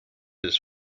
his